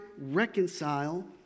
reconcile